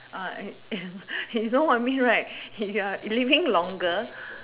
you know what I mean right ya living longer